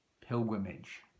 pilgrimage